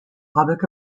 public